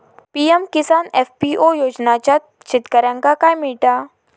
PM Kisan FPO योजनाच्यात शेतकऱ्यांका काय मिळता?